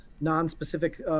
non-specific